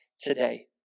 today